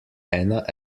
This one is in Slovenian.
ena